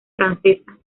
francesa